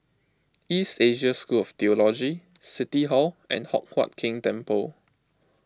East Asia School of theology City Hall and Hock Huat Keng Temple